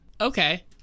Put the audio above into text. okay